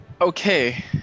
Okay